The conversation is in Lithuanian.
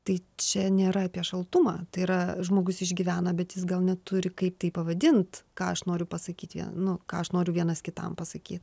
tai čia nėra apie šaltumą tai yra žmogus išgyvena bet jis gal neturi kaip tai pavadint ką aš noriu pasakyt nu ką aš noriu vienas kitam pasakyt